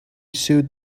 sued